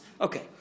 Okay